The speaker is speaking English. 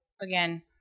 Again